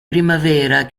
primavera